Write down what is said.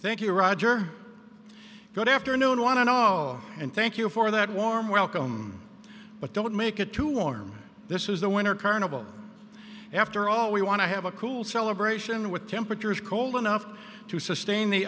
thank you roger good afternoon one and all and thank you for that warm welcome but don't make it too warm this is the winter carnival after all we want to have a cool celebration with temperatures cold enough to sustain the